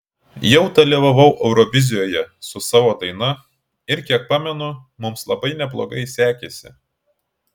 jau dalyvavau eurovizijoje su savo daina ir kiek pamenu mums labai neblogai sekėsi